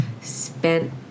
spent